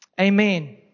Amen